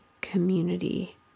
community